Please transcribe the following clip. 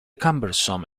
cumbersome